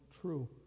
true